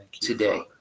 today